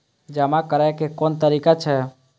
जमा करै के कोन तरीका छै?